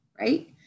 right